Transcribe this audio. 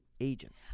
agents